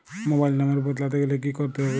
Mobile number বদলাতে গেলে কি করতে হবে?